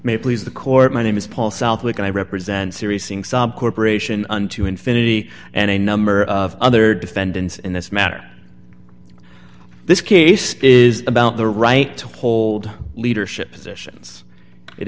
may please the court my name is paul southwick and i represent serious singsong corporation unto infinity and a number of other defendants in this matter this case is about the right to hold leadership positions it